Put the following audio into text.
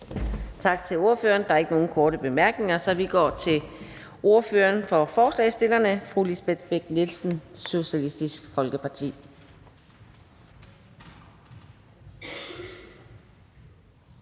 Tak til ordføreren. Der er ikke nogen korte bemærkninger, så vi går til ordføreren for forslagsstillerne, fru Lisbeth Bech-Nielsen, Socialistisk Folkeparti.